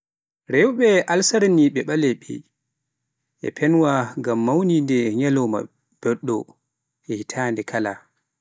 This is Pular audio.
Rewɓe Alserinaaɓe beleɓe, ina peewna ngam mawninde ñalawma belɗo oo hitaande kala